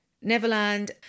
Neverland